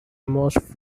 most